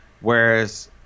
Whereas